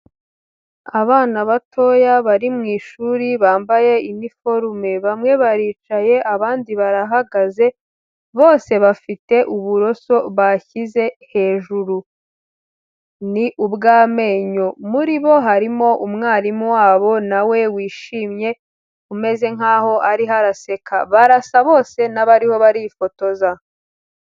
Abana batoya bari mu ishuri bambaye iniforume, bamwe baricaye abandi barahagaze, bose bafite uburoso bashyize hejuru ni ubw'amenyo, muri bo harimo umwarimu wabo na we wishimye umeze nk'aho ariho araseka, barasa bose n'abariho barifotoza.